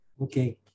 Okay